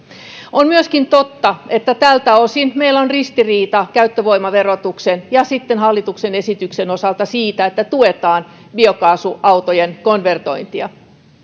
on myöskin totta että tältä osin meillä on ristiriita käyttövoimaverotuksen ja sen hallituksen esityksen osalta että tuetaan biokaasuautojen konvertointia